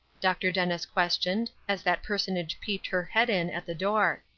dr. dennis questioned, as that personage peeped her head in at the door.